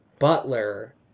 butler